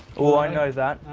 oh, i know that,